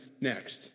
next